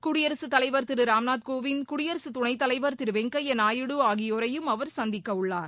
குடியரசுத் தலைவர் திரு ராம்நாத் கோவிந்த் குடியரசு துணைத்தலைவர் திரு வெங்கையா நாயுடு ஆகியோரையும் அவர் சந்திக்கவுள்ளார்